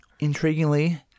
intriguingly